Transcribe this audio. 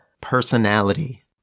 personality